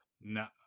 No